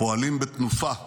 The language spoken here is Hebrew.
פועלים בתנופה בהווה,